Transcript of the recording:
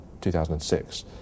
2006